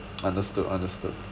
understood understood